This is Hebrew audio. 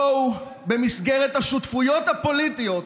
בואו, במסגרת השותפויות הפוליטיות,